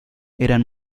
eran